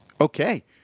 okay